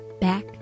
back